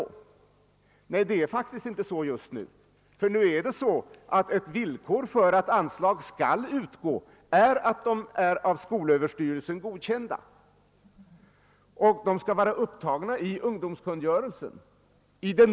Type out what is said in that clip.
Nej, det är faktiskt inte så just nu. Ett villkor för att anslag skall utgå är nämligen att organisationerna är godkända av skolöverstyrelsen. De skall vara upptagna i ungdomskungörelsen.